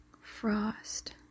frost